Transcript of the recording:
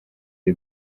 the